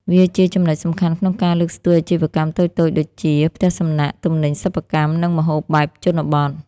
វាជាចំណុចសំខាន់ក្នុងការលើកស្ទួយអាជីវកម្មតូចៗដូចជា ផ្ទះសំណាក់ ទំនិញសិប្បកម្ម និងម្ហូបបែបជនបទ។